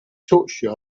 touched